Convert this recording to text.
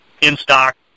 in-stock